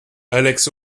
alex